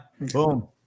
Boom